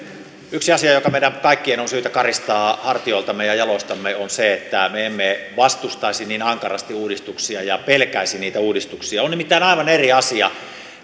yksi asia joka meidän kaikkien on syytä karistaa hartioiltamme ja jaloistamme toivon että me emme vastustaisi niin ankarasti uudistuksia ja pelkäisi niitä uudistuksia on nimittäin aivan eri asia